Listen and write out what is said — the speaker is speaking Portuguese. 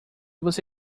você